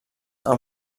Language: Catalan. han